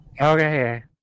Okay